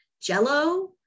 Jello